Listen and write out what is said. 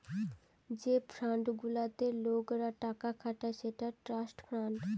যে ফান্ড গুলাতে লোকরা টাকা খাটায় সেটা ট্রাস্ট ফান্ড